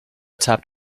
tapped